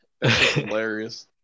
Hilarious